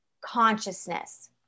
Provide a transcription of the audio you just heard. consciousness